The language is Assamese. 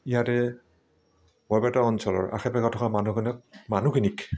ইয়াতে বৰপেটা অঞ্চলৰ আশে পাশে থকা মানুহখনক মানুহখিনিক